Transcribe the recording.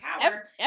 power